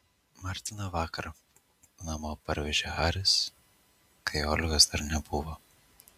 martiną vakar namo parvežė haris kai olgos dar nebuvo